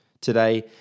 Today